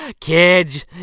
kids